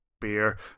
beer